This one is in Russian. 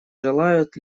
желают